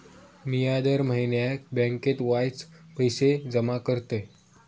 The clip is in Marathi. मिया दर म्हयन्याक बँकेत वायच पैशे जमा करतय